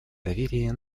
доверия